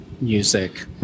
music